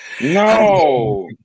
No